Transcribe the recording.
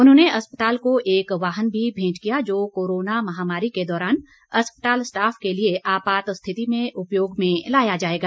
उन्होंने अस्पताल को एक वाहन भी भेंट किया जो कोरोना महामारी के दौरान अस्पताल स्टाफ के लिए आपात स्थिति में उपयोग में लाया जाएगा